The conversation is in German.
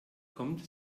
kommt